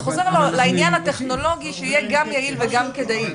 זה חוזר לעניין הטכנולוגי שיהיה גם יעיל וגם כדאי.